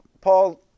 Paul